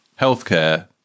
healthcare